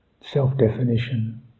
self-definition